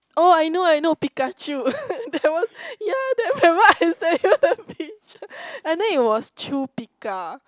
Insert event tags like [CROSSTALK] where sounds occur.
oh I know I know Pikachu [LAUGHS] that one ya that one I remember [LAUGHS] I sent you that picture and then it was Chu Pika